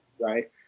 right